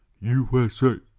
USA